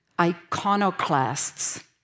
iconoclasts